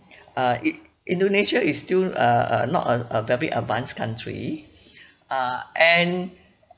uh it indonesia is still uh uh not a a very advanced country uh and